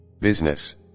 Business